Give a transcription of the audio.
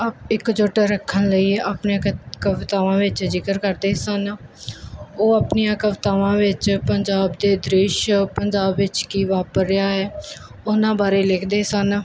ਇਕਜੁੱਟ ਰੱਖਣ ਲਈ ਆਪਣੀਆਂ ਕਿਤ ਕਵਿਤਾਵਾਂ ਵਿੱਚ ਜ਼ਿਕਰ ਕਰਦੇ ਸਨ ਉਹ ਆਪਣੀਆਂ ਕਵਿਤਾਵਾਂ ਵਿੱਚ ਪੰਜਾਬ ਦੇ ਦ੍ਰਿਸ਼ ਪੰਜਾਬ ਵਿੱਚ ਕੀ ਵਾਪਰ ਰਿਹਾ ਹੈ ਉਹਨਾਂ ਬਾਰੇ ਲਿਖਦੇ ਸਨ